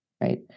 right